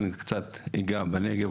אני קצת אגע בנגב,